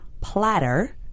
platter